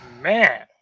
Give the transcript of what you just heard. Man